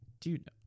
dude